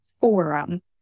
Forum